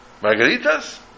margaritas